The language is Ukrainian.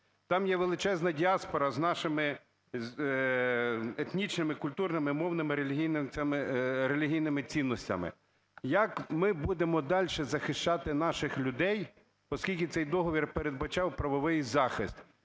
Там є величезна діаспора з нашими етнічними, культурними, мовними, релігійними цінностями. Як ми будемо дальше захищати наших людей, оскільки цей договір передбачав правовий захист?